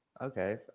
okay